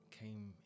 came